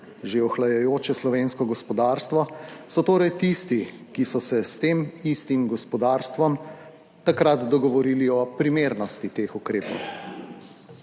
že ohlajajoče slovensko gospodarstvo, so torej tisti, ki so se s tem istim gospodarstvom takrat dogovorili o primernosti teh ukrepov.